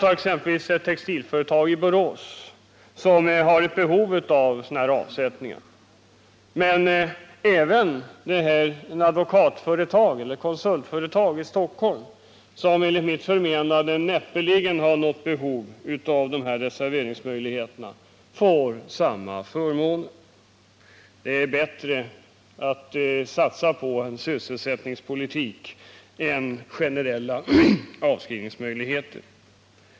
Som exempel på företag som har behov av sådana här avsättningar kan man ta ett textilföretag i Borås, men även en advokatfirma eller ett konsultföretag i Stockholm, som enligt mitt förmenande näppeligen har något behov av de här reserveringsmöjligheterna men ändå får samma förmåner. Det vore bättre att satsa på sysselsättningspolitiken än på generella avskrivningsmöjligheter.